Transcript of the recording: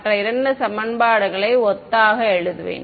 மற்ற இரண்டு சமன்பாடுகளை ஒத்ததாக எழுதுவேன்